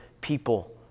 people